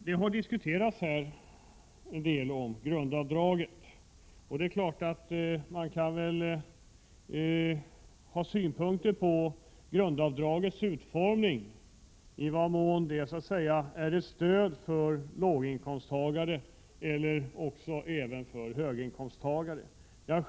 Grundavdraget har diskuterats, och man kan ha olika synpunkter på dess utformning och i vad mån det är ett stöd för låginkomsttagare eller också kommer höginkomsttagare till godo.